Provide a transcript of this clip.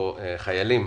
חיילים